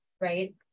right